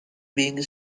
being